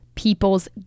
people's